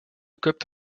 copte